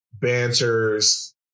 banters